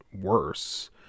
worse